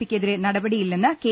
പിക്കെ തിരെ നടപടിയില്ലെന്ന് കെ